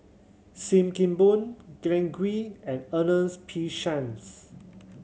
Sim Kee Boon Glen Goei and Ernest P Shanks